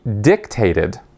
dictated